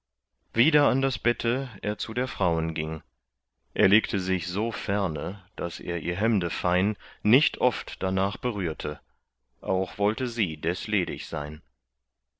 wieder an das bette er zu der frauen ging er legte sich so ferne daß er ihr hemde fein nicht oft danach berührte auch wollte sie des ledig sein